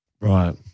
right